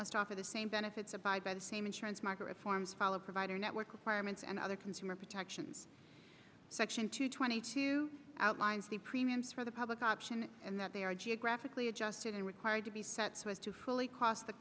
must offer the same benefits abide by the same insurance market reforms followed provider network requirements and other consumer protection section two twenty two outlines the premiums for the public option and that they are geographically adjusted and required to be set so as to fully cost to